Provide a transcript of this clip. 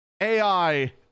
AI